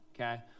okay